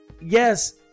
yes